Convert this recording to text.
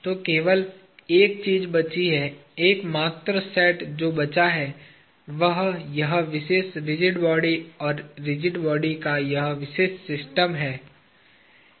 तो केवल एक चीज बची है एकमात्र सेट जो बचा है वह यह विशेष रिजिड बॉडी और रिजिड बॉडी का यह विशेष सिस्टम है